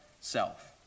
self